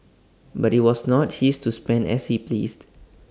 but IT was not his to spend as he pleased